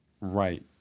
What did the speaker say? Right